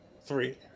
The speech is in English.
Three